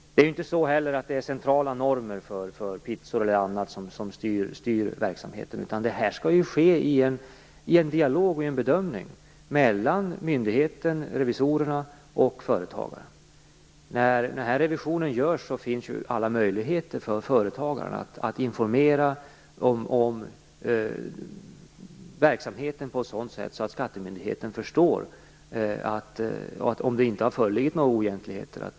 Det finns inte centrala normer för pizzor och annat som styr verksamheten. Bedömningen skall ske i en dialog mellan myndigheten, revisorerna och företagaren. När revisionen görs finns alla möjligheter för företagaren att informera om verksamheten på ett sådant sätt att skattemyndigheten förstår att det inte har förelegat några oegentligheter.